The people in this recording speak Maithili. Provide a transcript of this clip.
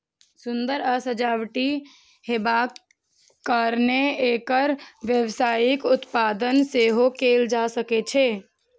सुंदर आ सजावटी हेबाक कारणें एकर व्यावसायिक उत्पादन सेहो कैल जा सकै छै